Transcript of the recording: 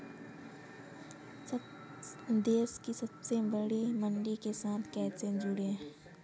देश की सबसे बड़ी मंडी के साथ कैसे जुड़ें?